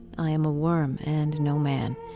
i am a worm and no man,